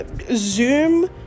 Zoom